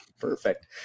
perfect